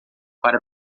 para